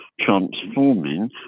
transforming